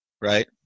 right